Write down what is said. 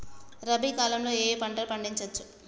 రబీ కాలంలో ఏ ఏ పంట పండించచ్చు?